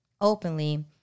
openly